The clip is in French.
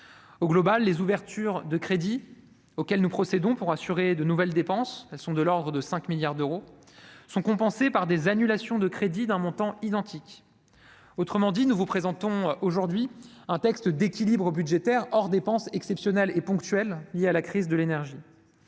publics. Les ouvertures de crédits auxquelles nous procédons pour assurer de nouvelles dépenses, de l'ordre de 5 milliards d'euros, sont donc compensées par des annulations de crédits d'un montant identique. Autrement dit, nous vous présentons aujourd'hui un texte d'équilibre budgétaire, hors dépenses exceptionnelles liées à la crise de l'énergie.